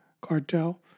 cartel